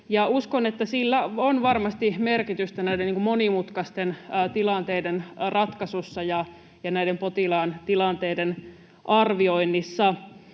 uskon, että sillä on varmasti merkitystä näiden monimutkaisten tilanteiden ratkaisussa ja näiden potilaiden tilanteiden arvioinnissa.